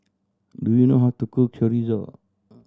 do you know how to cook Chorizo